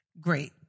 Great